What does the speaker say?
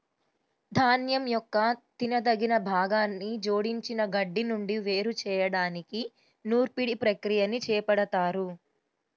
ధాన్యం యొక్క తినదగిన భాగాన్ని జోడించిన గడ్డి నుండి వేరు చేయడానికి నూర్పిడి ప్రక్రియని చేపడతారు